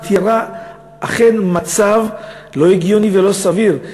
תיארה מצב לא הגיוני ולא סביר.